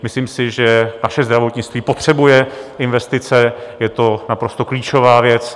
Myslím si, že naše zdravotnictví potřebuje investice, je to naprosto klíčová věc.